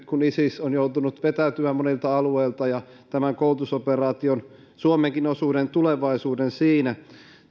kun isis on joutunut vetäytymään monilta alueilta ja tämän koulutusoperaation suomenkin osuuden tulevaisuuden siinä